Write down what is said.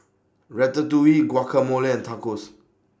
Ratatouille Guacamole and Tacos